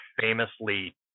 famously